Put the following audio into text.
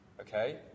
Okay